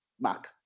mark